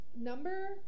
number